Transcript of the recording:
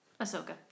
Ahsoka